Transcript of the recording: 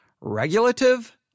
Regulative